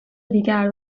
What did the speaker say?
دیگر